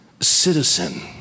citizen